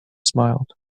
smiled